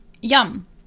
Yum